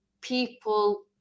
people